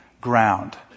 ground